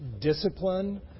discipline